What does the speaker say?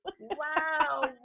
Wow